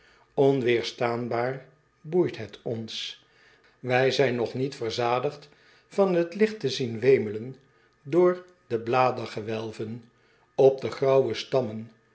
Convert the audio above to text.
nweerstaanbaar boeit het ons ij zijn nog niet verzadigd van het licht te zien wemelen door de bladerengewelven op de graauwe stammen